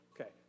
Okay